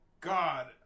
God